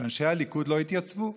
שאנשי הליכוד לא התייצבו.